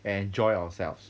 and enjoy ourselves